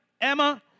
Emma